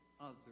others